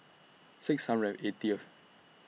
six hundred and eightieth